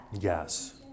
Yes